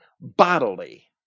bodily